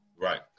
Right